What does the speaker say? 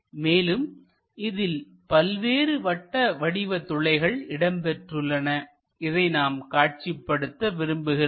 மேலும் இதில் பல்வேறு வட்ட வடிவ துளைகள் இடம்பெற்றுள்ளன இதை நாம் காட்சிப்படுத்த விரும்புகின்றோம்